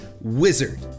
wizard